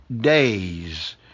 days